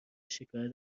شکایت